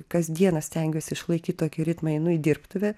kas dieną stengiuosi išlaikyt tokį ritmą einu į dirbtuvę